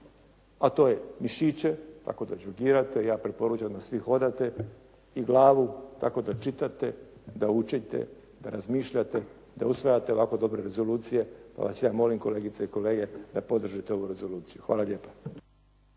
a to je mišiće tako da đogirate. Ja preporučam da svi hodate i glavu tako da čitate, da učite, da razmišljate, da usvajate ovako dobre rezolucije, pa vas ja molim kolegice i kolege da podržite ovu rezoluciju. Hvala lijepa.